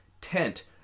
Tent